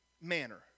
manner